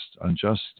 unjust